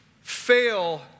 fail